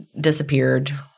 disappeared